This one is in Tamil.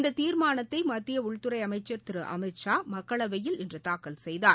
இந்த தீர்மானத்தை மத்திய உள்துறை அமைச்சர் திரு அமித்ஷா மக்களவையில் இன்று தாக்கல் செய்தார்